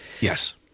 Yes